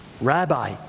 Rabbi